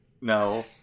No